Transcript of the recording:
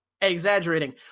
exaggerating